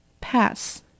pass